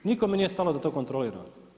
Nikome nije stalo da to kontrolira.